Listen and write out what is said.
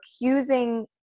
accusing